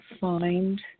find